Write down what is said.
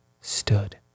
stood